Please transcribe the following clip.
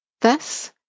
Thus